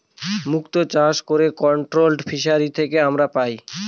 মুক্ত চাষ করে কন্ট্রোলড ফিসারী থেকে আমরা পাই